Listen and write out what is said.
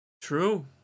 True